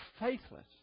faithless